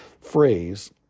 phrase